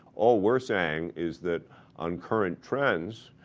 all we're saying is that on current trends,